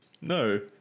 No